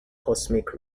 cosmic